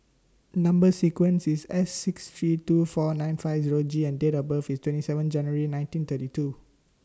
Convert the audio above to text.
Number sequence IS S six three two four nine five Zero G and Date of birth IS twenty seven January nineteen thirty two